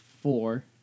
four